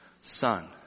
son